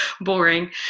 boring